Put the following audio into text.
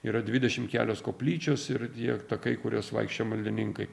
yra dvidešimt kelios koplyčios ir tie kai kuriais vaikščioja maldininkai